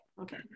Okay